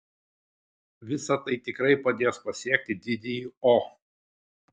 visa tai tikrai padės pasiekti didįjį o